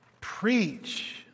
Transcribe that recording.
preach